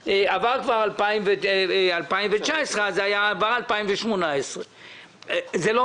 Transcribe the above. כשכבר עברה 2019 והצבענו על 2018. זה לא